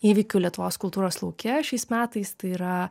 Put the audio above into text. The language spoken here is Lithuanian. įvykių lietuvos kultūros lauke šiais metais tai yra